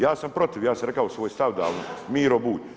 Ja sam protiv, ja sam rekao svoj stav davno Miro Bulj.